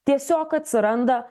tiesiog atsiranda